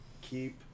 Keep